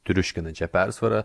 triuškinančią persvarą